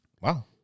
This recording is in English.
Wow